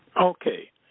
Okay